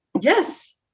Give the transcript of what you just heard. Yes